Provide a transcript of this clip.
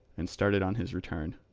and started on his return.